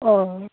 অঁ